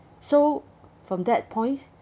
so from that point